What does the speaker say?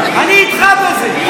אני איתך בזה.